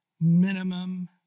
minimum